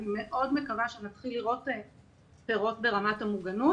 אני מאוד מקווה שנתחיל לראות פירות ברמת המוגנות.